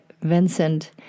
Vincent